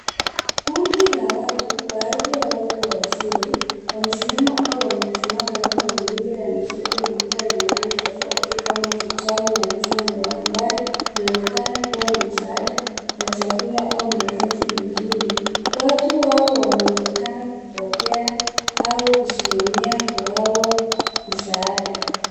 Kundi la watu baadhi yao wakiwa wazee wamesimama au wamechuchumaa karibu na miundo ya mifuko mikubwa yenye rangi tofauti Kama kijani na chungwa ambayo inaonekana kuwa ni msaada wa chakula au mahitaji mengine. Watu hao wanaonekana kupokea au kusimamia kugawa msaada.